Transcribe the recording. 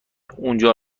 اونجا